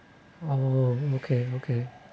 oh okay okay